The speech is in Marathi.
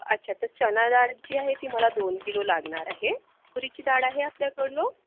अच्छा तर चना डाळ जी आहे ती मला दोन किलो लागणार आहे तुरीची डाळ आहे आपल्याकडं